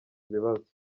ibibazo